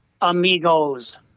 Amigos